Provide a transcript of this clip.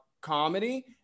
comedy